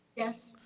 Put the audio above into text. yes.